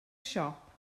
siop